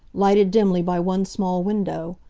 lighted dimly by one small window.